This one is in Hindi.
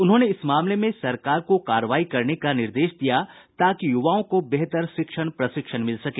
उन्होंने इस मामले में सरकार को कार्रवाई करने का निर्देश दिया ताकि युवाओं को बेहतर शिक्षण प्रशिक्षण मिल सके